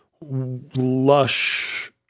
lush